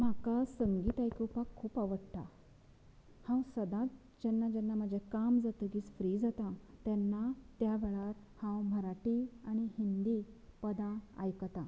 म्हाका संगीत आयकूपाक खूब आवडटा हांव सदांच जेन्ना जेन्ना म्हाजें काम जातकीच फ्री जाता तेन्ना त्या वेळार हांव मराठी आनी हिंदी पदां आयकतां